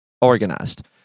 organized